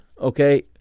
Okay